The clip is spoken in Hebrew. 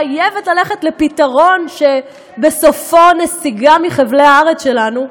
חייבת ללכת לפתרון שבסופו נסיגה מחבלי הארץ שלנו,